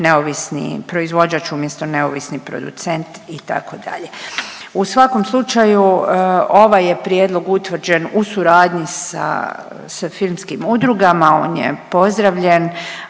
neovisni proizvođač umjesto neovisni producent itd. U svakom slučaju ovaj je prijedlog utvrđen u suradnji sa filmskim udrugama. On je pozdravljen